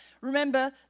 Remember